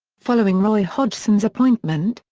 following roy hodgson's appointment,